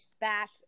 back